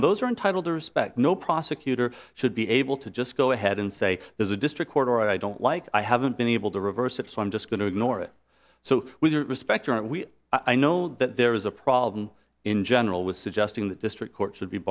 and those are entitled to respect no prosecutor should be able to just go ahead and say there's a district court or i don't like i haven't been able to reverse it so i'm just going to ignore it so with respect aren't we i know that there is a problem in general with suggesting that district court should be